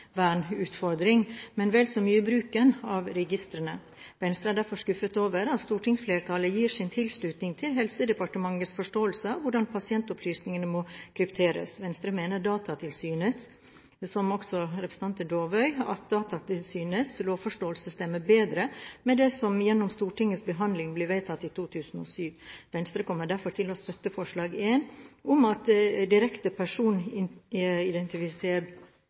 en personvernutfordring, men vel så mye bruken av registrene. Venstre er derfor skuffet over at stortingsflertallet gir sin tilslutning til Helsedepartementets forståelse av hvordan pasientopplysningene må krypteres. Venstre mener, som representanten Dåvøy, at Datatilsynets lovforståelse stemmer bedre med det som gjennom Stortingets behandling ble vedtatt i 2007. Venstre kommer derfor til å støtte forslag nr. 1, om at direkte